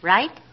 Right